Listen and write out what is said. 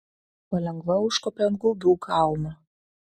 palengva užkopė ant gaubių kalno